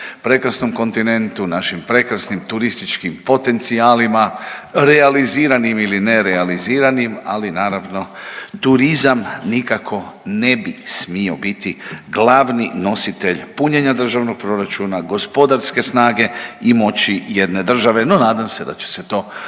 prekrasnom kontinentu, našim prekrasnim turističkim potencijalima, realiziranim ili nerealiziranim ali naravno turizam nikako ne bi smio biti glavni nositelj punjenja državnog proračuna, gospodarske snage i moći jedne države no nadam se da će se to